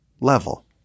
level